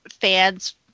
fans